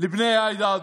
לבני העדה הדרוזית.